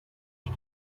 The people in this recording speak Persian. دلش